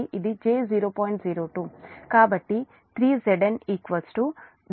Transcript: కాబట్టి 3Zn j0